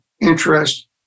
interest